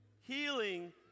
healing